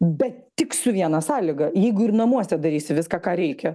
bet tik su viena sąlyga jeigu ir namuose darysi viską ką reikia